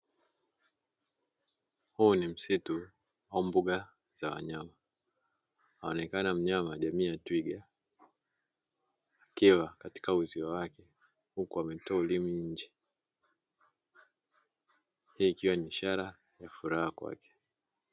Huu ni msitu wa mbuga za wanyama, anaonekana mnyama jamii ya twiga akiwa katika uzio wake huku ametoa ulimi nje hii ikiwa ni ishara ya furaha kwake